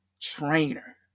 trainer